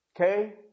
Okay